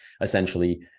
essentially